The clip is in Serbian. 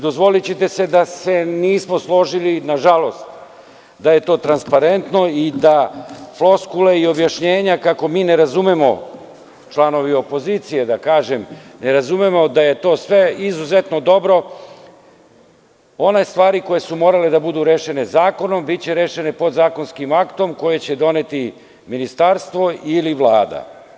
Dozvoliće te da se nismo složili, nažalost, da je to transparentno i da foskule i objašnjenja kako mi ne razumemo članovi opozicije, da kažem, ne razumemo da je to sve izuzetno dobro, one stvari koje su morali da budu rešene zakonom biće rešene podzakonskim aktom koji će doneti ministarstvo ili Vlada.